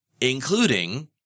including